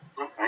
okay